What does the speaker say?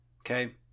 Okay